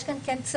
יש כאן צורך,